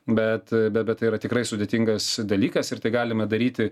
bet bet bet tai yra tikrai sudėtingas dalykas ir tai galima daryti